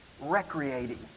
recreating